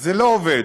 זה לא עובד,